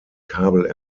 kabel